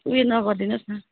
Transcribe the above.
ऊ यो नगरिदिनुहोस् न